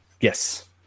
Yes